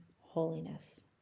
holiness